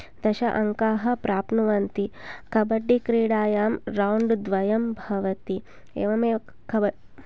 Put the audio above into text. दश अंकाः प्राप्नुवन्ति कबड्डि क्रिडायां रौण्ड् द्वयं भवति एवम् एव कब